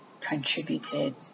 contributed